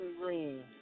Green